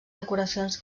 decoracions